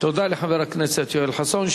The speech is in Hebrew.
תודה לחבר הכנסת יואל חסון.